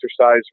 exercise